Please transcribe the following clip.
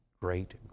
great